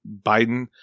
Biden